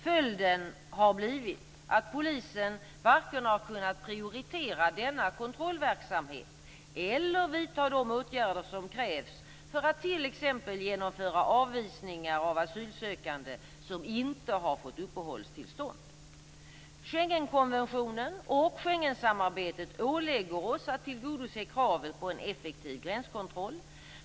Följden har blivit att polisen varken har kunnat prioritera denna kontrollverksamhet eller har kunnat vidta de åtgärder som krävs för att t.ex. genomföra avvisningar av asylsökande som inte har fått uppehållstillstånd. Schengenkonventionen och Schengensamarbetet ålägger oss att tillgodose kravet på en effektiv gränskontroll.